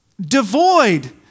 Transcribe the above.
devoid